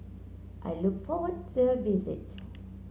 I look forward to the visit